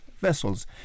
vessels